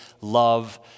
love